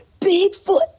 bigfoot